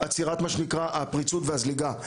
עצירת מה שנקרא הפריצות והזליגה,